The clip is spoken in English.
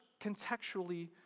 contextually